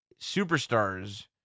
Superstars